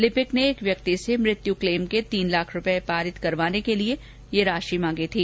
लिपिक ने एक व्यक्ति से मृत्यु क्लेम के तीन लाख रूपए पारित करवाने के लिए ये रिश्वत मांगी थी